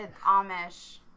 Amish